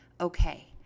Okay